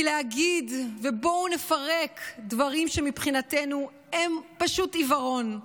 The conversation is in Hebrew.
ובואו נפרק דברים שמבחינתנו הם פשוט עיוורון: